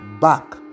back